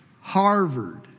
Harvard